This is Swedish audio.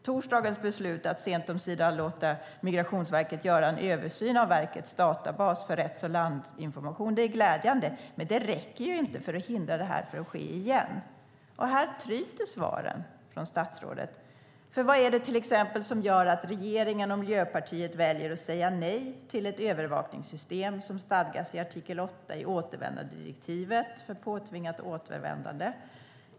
Torsdagens beslut att sent omsider låta Migrationsverket göra en översyn av verkets databas för rätts och landinformation är glädjande, men det räcker inte för att hindra det här från att ske igen. Här tryter svaren från statsrådet. Vad är det till exempel som gör att regeringen och Miljöpartiet väljer att säga nej till ett övervakningssystem som stadgas i artikel 8 i återvändandedirektivet för påtvingat återvändande?